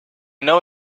know